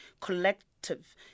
collective